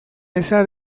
esa